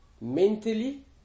mentally